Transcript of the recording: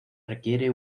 requiere